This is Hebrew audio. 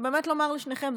ובאמת לומר לשניכם,